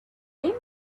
wind